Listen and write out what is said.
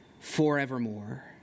forevermore